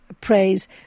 praise